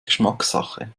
geschmackssache